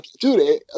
Dude